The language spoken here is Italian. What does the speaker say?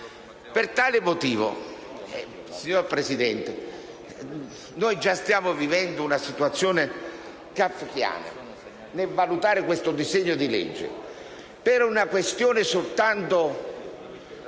Per tale motivo, signora Presidente, già stiamo vivendo una situazione kafkiana nel valutare questo disegno di legge: soltanto